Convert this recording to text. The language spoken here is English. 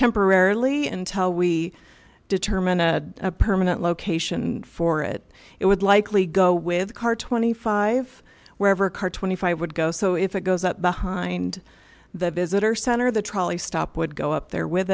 temporarily until we determine a permanent location for it it would likely go with car twenty five wherever car twenty five would go so if it goes up behind the visitor center the trolley stop would go up there with